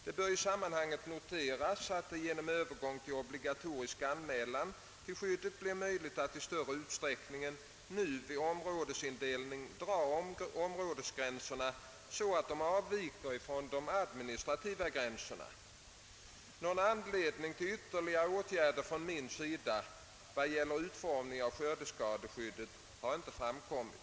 Det bör i sammanhanget noteras att det genom övergången till obligatorisk anmälan till skyddet blir möjligt att i större utsträckning än nu vid områdesindelningen dra områdesgränserna så att de avviker från de administrativa gränserna. Någon anledning till ytterligare åtgärder från min sida vad gäller utformningen av skördeskadeskyddet har inte framkommit.